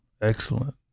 Excellent